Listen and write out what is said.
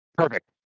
Perfect